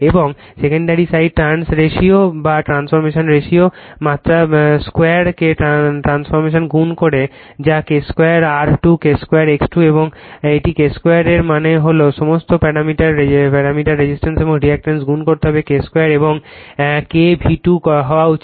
এবং secondary side turns ratio বা transformation রেশিওর মাত্র 2 কে ট্রান্সফর্মগুণ করে যা K 2 R2 K 2 X2 এবং এটি K 2 এর মানে হল সমস্ত প্যারামিটার রেজিস্ট্যান্স এবং রিঅ্যাক্ট্যান্সকে গুন করতে হবে K 2 এবং এই K V2 হওয়া উচিত